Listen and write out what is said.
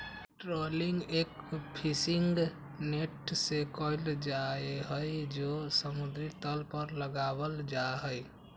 trawling एक fishing net से कइल जाहई जो समुद्र तल पर लगावल जाहई